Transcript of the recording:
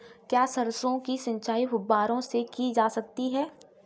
क्या सरसों की सिंचाई फुब्बारों से की जा सकती है?